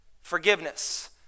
Forgiveness